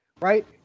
right